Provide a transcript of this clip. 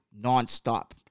nonstop